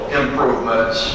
improvements